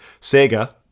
Sega